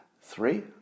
Three